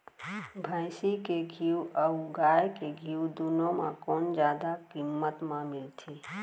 भैंसी के घीव अऊ गाय के घीव दूनो म कोन जादा किम्मत म मिलथे?